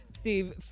Steve